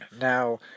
Now